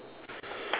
table